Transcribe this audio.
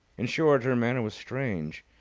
in short her manner was strange,